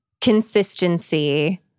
consistency